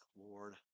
Lord